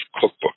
cookbook